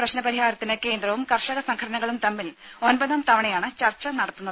പ്രശ്ന പരിഹാരത്തിന് കേന്ദ്രവും കർഷക സംഘടനകളും തമ്മിൽ ഒമ്പതാം തവണയാണ് ചർച്ച നടത്തുന്നത്